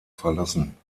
verlassen